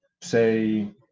Say